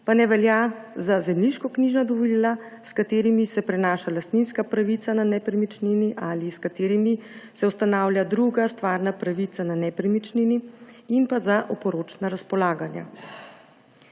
pa ne velja za zemljiškoknjižna dovolila, s katerimi se prenaša lastninska pravica na nepremičnini ali s katerimi se ustanavlja druga stvarna pravica na nepremičnini, in pa za oporočna razpolaganja.